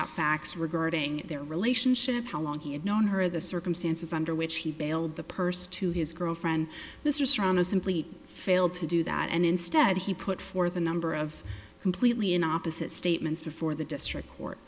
out facts regarding their relationship how long he had known her the circumstances under which he bailed the purse to his girlfriend mr serrano simply failed to do that and instead he put forth a number of completely in opposite statements before the district court